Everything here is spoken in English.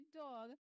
dog